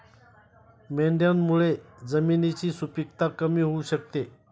मेंढ्यांमुळे जमिनीची सुपीकता कमी होऊ शकते